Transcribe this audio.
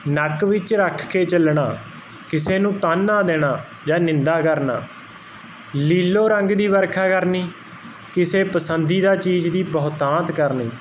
ਨੱਕ ਵਿੱਚ ਰੱਖ ਕੇ ਚੱਲਣਾ ਕਿਸੇ ਨੂੰ ਤਾਨਾ ਦੇਣਾ ਜਾ ਨਿੰਦਾ ਕਰਨਾ ਲੀਲੋ ਰੰਗ ਦੀ ਵਰਖਾ ਕਰਨੀ ਕਿਸੇ ਪਸੰਦੀਦਾ ਚੀਜ਼ ਦੀ ਬਹੁਤਾਤ ਕਰਨੀ